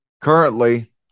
Currently